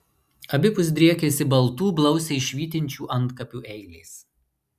abipus driekėsi baltų blausiai švytinčių antkapių eilės